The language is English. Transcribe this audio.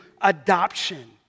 adoption